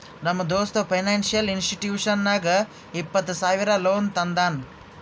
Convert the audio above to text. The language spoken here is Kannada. ನಮ್ ದೋಸ್ತ ಫೈನಾನ್ಸಿಯಲ್ ಇನ್ಸ್ಟಿಟ್ಯೂಷನ್ ನಾಗ್ ಇಪ್ಪತ್ತ ಸಾವಿರ ಲೋನ್ ತಂದಾನ್